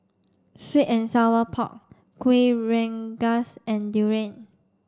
sweet and sour pork Kuih Rengas and durian